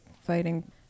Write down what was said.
fighting